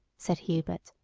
said hubert.